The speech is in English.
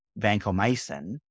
vancomycin